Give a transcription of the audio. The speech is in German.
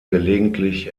gelegentlich